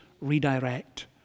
redirect